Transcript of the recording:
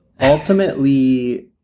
Ultimately